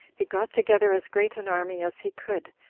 he got together as great an army as he could,